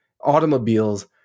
automobiles